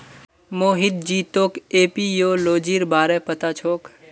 मोहित जी तोक एपियोलॉजीर बारे पता छोक